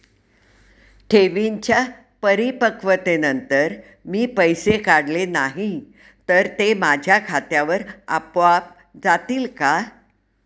ठेवींच्या परिपक्वतेनंतर मी पैसे काढले नाही तर ते माझ्या खात्यावर आपोआप जातील का?